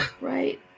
right